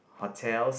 hotels